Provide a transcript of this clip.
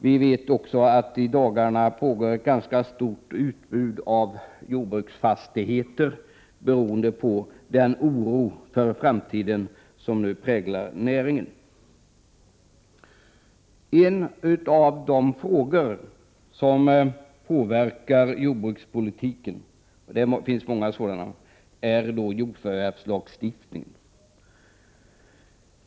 Vi vet också att det i dag råder ett ganska stort utbud av jordbruksfastigheter, beroende på den oro för framtiden som nu präglar näringen. En av de frågor som påverkar jordbrukspolitiken — det finns många sådana —är jordförvärvslagstiftningen.